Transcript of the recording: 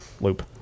loop